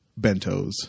bentos